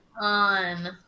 on